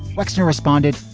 wexner responded.